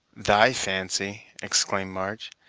thy fancy! exclaimed march,